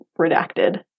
Redacted